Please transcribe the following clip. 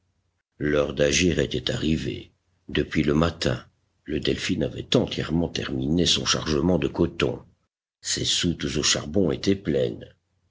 l'heure d'agir était arrivée depuis le matin le delphin avait entièrement terminé son chargement de coton ses soutes au charbon étaient pleines